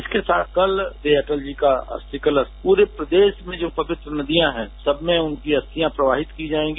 इसके साथ कल सुबह श्री अटल जी का अस्थि कलरा पूरे प्रदेश में जो प्रमुख नदियां हैं सबमें उनकी अस्थियां प्रवाहित की जायेंगी